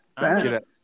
Bad